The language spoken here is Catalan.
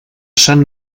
sant